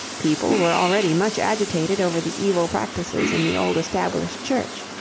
people were already much agitated over the evil practices in the old established church.